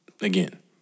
Again